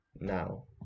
now